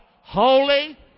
Holy